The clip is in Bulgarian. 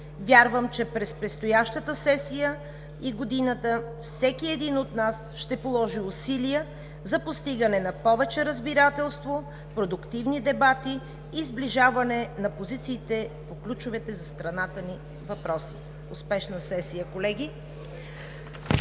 Вярвам, че през предстоящата сесия и годината всеки един от нас ще положи усилия за постигане на повече разбирателство, продуктивни дебати и сближаване на позициите по ключовите за страната ни въпроси. Успешна сесия, колеги!